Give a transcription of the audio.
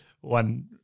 one